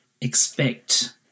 expect